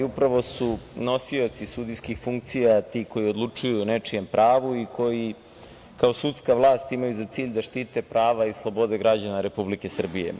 Upravo su nosioci sudijskih funkcija ti koji odlučuju o nečijem pravu i koji kao sudska vlast imaju za cilj da štite prava i slobode građana Republike Srbije.